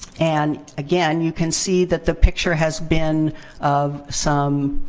and, again, you can see that the picture has been of some